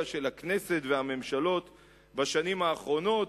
של הכנסת והממשלות בשנים האחרונות,